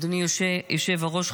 אדוני היושב-ראש,